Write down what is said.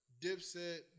Dipset